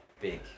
big